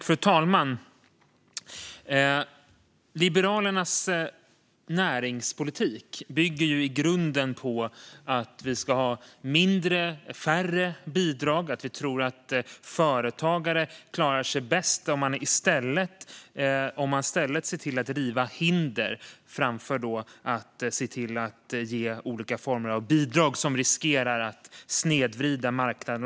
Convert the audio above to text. Fru talman! Liberalernas näringspolitik bygger i grunden på att vi ska ha färre bidrag. Vi tror att företagare klarar sig bäst om man ser till att riva hinder i stället för att ge olika former av bidrag som riskerar att snedvrida marknaden.